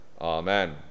Amen